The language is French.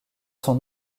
son